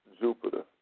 Jupiter